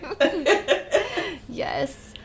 yes